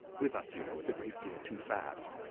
with us, you know, it's a great deal too fast.